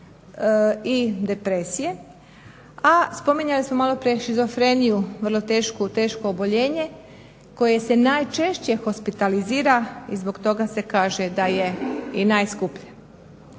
i depresije, a spominjali smo malo prije šizofreniju, vrlo teško oboljenje koje se najčešće hospitalizira i zbog toga se kaže da je i najskuplje.